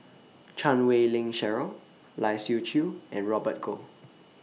Chan Wei Ling Cheryl Lai Siu Chiu and Robert Goh